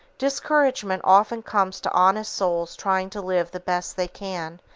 discouragement often comes to honest souls trying to live the best they can,